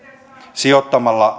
sijoittamalla